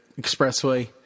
Expressway